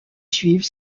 suivent